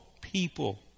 people